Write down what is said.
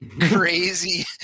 crazy